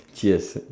cheers